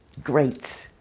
great,